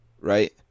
right